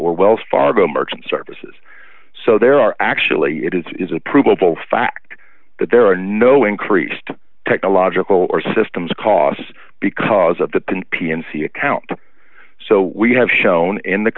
or wells fargo merchant services so there are actually it is a provable fact that there are no increased technological or systems costs because of the p m c account so we have shown in the